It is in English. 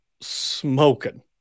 smoking